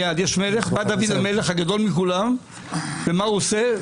יש מלך, בא דוד המלך הגדול מכולם, ומה הוא עושה?